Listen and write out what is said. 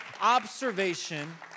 observation